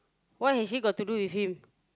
what has she got to do with him